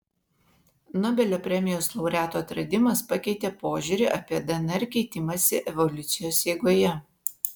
nobelio premijos laureatų atradimas pakeitė požiūrį apie dnr keitimąsi evoliucijos eigoje